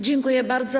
Dziękuję bardzo.